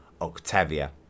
Octavia